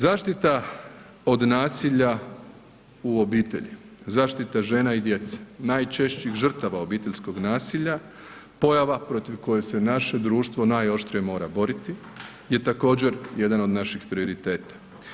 Zaštita od nasilja u obitelji, zaštita žene i djece najčešćih žrtava obiteljskog nasilja, pojava protiv koje se naše društvo najoštrije mora boriti je također jedan od naših prioriteta.